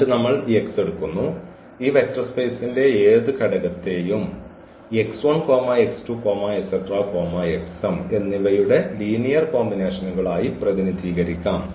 എന്നിട്ട് നമ്മൾ ഈ x എടുക്കുന്നു ഈ വെക്റ്റർ സ്പേസിന്റെ ഏത് ഘടകത്തെയും എന്നിവയുടെ ലീനിയർ കോമ്പിനേഷനുകളായി പ്രതിനിധീകരിക്കാം